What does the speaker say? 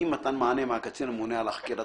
אי מתן מענה מהקצין הממונה על החקירה